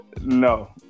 No